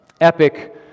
epic